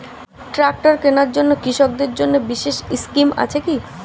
Tractor কেনার জন্য কৃষকদের জন্য বিশেষ স্কিম আছে কি?